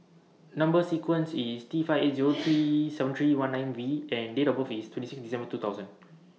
Number sequence IS T five eight Zero seven three one nine V and Date of birth IS twenty six December two thousand